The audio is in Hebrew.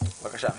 מיכל בבקשה.